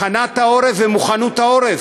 הכנת העורף ומוכנות העורף.